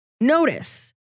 notice